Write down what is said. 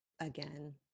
again